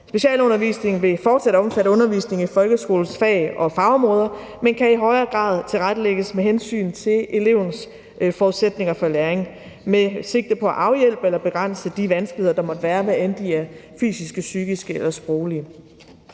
Specialundervisningen vil fortsat omfatte undervisning i folkeskolens fag og fagområder, men kan i højere grad tilrettelægges under hensyn til elevens forudsætninger for læring med sigte på at afhjælpe eller begrænse de vanskeligheder, der måtte være, hvad end de er fysiske, psykiske eller sproglige.